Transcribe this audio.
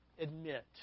admit